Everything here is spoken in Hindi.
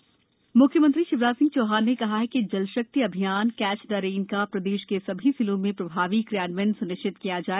जल शक्ति अभियान म्ख्यमंत्री शिवराज सिंह चौहान ने कहा है कि जल शक्ति अभियान कैच द रेन का प्रदेश के सभी जिलों में प्रभावी क्रियान्वयन स्निश्चित किया जाए